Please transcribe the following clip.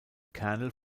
kernel